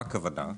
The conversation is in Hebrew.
מה הכוונה?